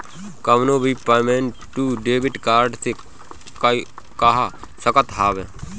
कवनो भी पेमेंट तू डेबिट कार्ड से कअ सकत हवअ